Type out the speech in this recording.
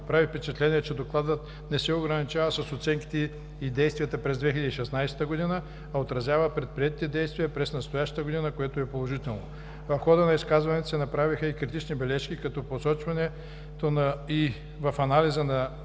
Прави впечатление, че Докладът не се ограничава с оценките и действията през 2016 г., а отразява предприетите действия през настоящата година, което е положително. В хода на изказванията се направиха и критични бележки, като посочването в анализа на